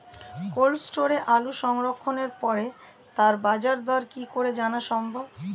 Cold স্টোরে আলু সংরক্ষণের পরে তার বাজারদর কি করে জানা সম্ভব?